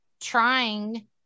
trying